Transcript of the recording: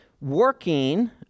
working